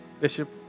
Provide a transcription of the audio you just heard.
Bishop